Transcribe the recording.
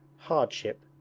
hardship,